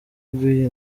rw’iyi